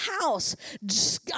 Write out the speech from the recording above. house